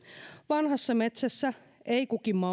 vanhassa metsässä ei kuki